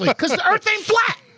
but cause the earth ain't flat!